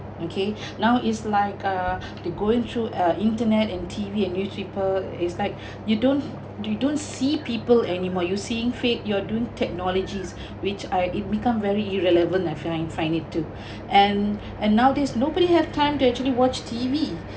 okay now is like uh thy going through uh internet and T_V and newspaper is like you don't you don't see people anymore you seeing feet you're doing technologies which uh it becomes very irrelevant and feeling find it too and and nowadays nobody have time to actually watch T_V